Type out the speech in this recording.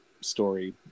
story